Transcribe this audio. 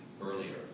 earlier